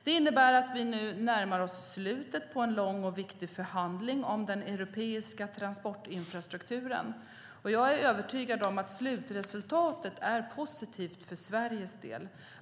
Det innebär att vi nu närmar oss slutet på en lång och viktig förhandling om den europeiska transportinfrastrukturen. Jag är övertygad om att slutresultatet är positivt för Sveriges del.